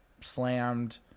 slammed